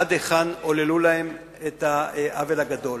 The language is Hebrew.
עד היכן עוללו להם את העוול הגדול.